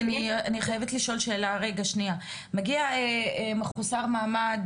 מגיע מחוסר מעמד,